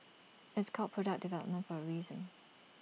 it's called product development for A reason